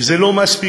וזה לא מספיק.